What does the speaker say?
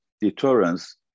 deterrence